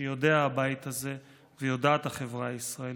שיודע הבית הזה ויודעת החברה הישראלית: